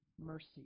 mercy